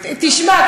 תשמע,